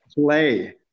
play